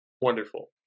wonderful